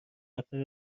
نفر